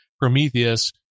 prometheus